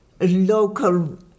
local